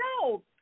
no